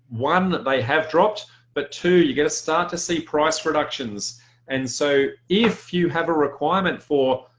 one that they have dropped but two you get a start to see price reductions and so if you have a requirement for